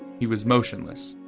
he was motionless,